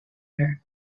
her